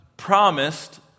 promised